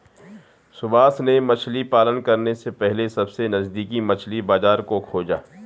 सुभाष ने मछली पालन करने से पहले सबसे नजदीकी मछली बाजार को खोजा